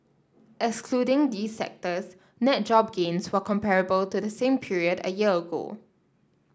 excluding these sectors net job gains were comparable to the same period a year ago